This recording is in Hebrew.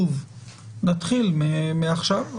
והטיוב מתחיל מעכשיו?